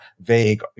vague